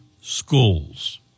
schools